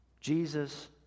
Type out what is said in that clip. Jesus